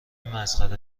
مسخره